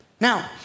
Now